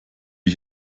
ich